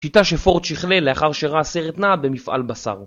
שיטה שפורט שכלל לאחר שראה סרט נע במפעל בשר.